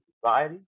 Society